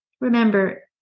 Remember